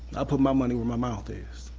i put my money where my mouth is,